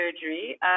surgery